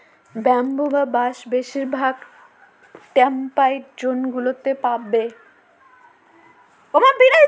bamboo বা বাঁশ বেশিরভাগ টেম্পারড জোন গুলোতে পাবে